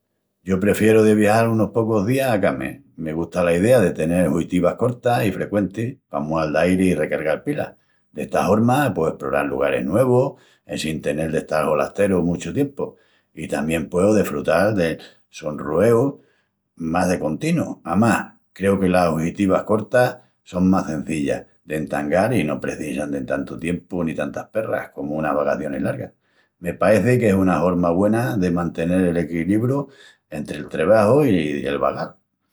Yo prefieru de viajal unus pocus días a ca mes. Me gusta la idea de tenel huitivas cortas i frecuentis, pa mual d'airis i recargal pilas. D'esta horma, pueu esproral lugaris nuevus en sin tenel d'estal holasteru muchu tiempu, i tamién pueu desfrutal del sonrueu más de continu. Amás, creu que las huitivas cortas son más cenzillas d'entangal i no precisan de tantu tiempu ni tantas perras comu unas vagacionis largas. Me paeci qu'es una horma güena de mantenel el equilibru entri'l trebaju i el vagal.